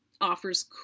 offers